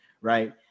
right